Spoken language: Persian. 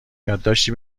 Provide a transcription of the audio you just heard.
یادداشتی